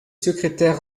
secrétaire